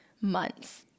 months